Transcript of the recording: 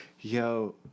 Yo